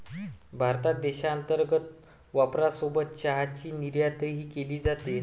भारतात देशांतर्गत वापरासोबत चहाची निर्यातही केली जाते